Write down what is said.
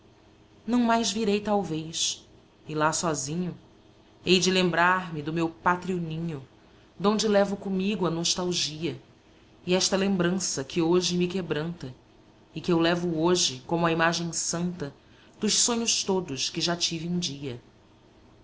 não mais virei talvez e lá sozinho hei de lembrar-me do meu pátrio ninho donde levo comigo a nostalgia e esta lembrança que hoje me quebranta e que eu levo hoje como a imagem santa dos sonhos todos que já tive um dia